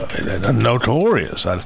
Notorious